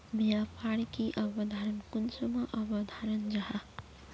व्यापार की अवधारण कुंसम अवधारण जाहा?